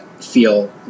feel